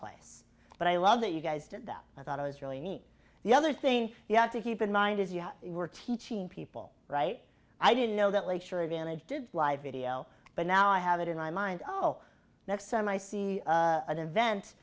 place but i love that you guys did that i thought it was really neat the other thing you have to keep in mind is you were teaching people right i didn't know that lake shore advantage did live video but now i have it in my mind oh next time i see an event